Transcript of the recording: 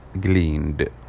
gleaned